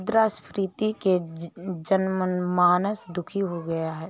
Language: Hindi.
मुद्रास्फीति से जनमानस दुखी हो जाता है